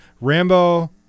Rambo